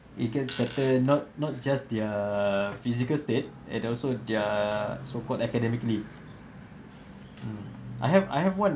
it gets better not not just their physical state and also their so called academically mm I have I have one